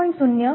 05 C 0